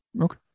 Okay